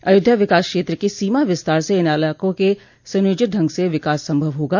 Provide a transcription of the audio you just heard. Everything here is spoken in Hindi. अयोध्या विकास क्षेत्र के सीमा विस्तार से इन इलाकों का सुनियोजित ढंग से विकास संभव होगा